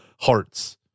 hearts